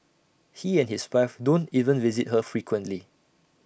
he and his wife don't even visit her frequently